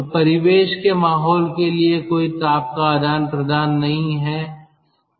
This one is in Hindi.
तो परिवेश के माहौल के लिए कोई ताप का आदान प्रदान नहीं है